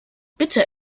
bitte